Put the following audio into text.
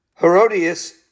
Herodias